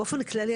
באופן כללי,